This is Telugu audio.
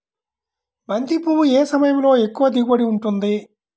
బంతి పువ్వు ఏ సమయంలో ఎక్కువ దిగుబడి ఉంటుంది?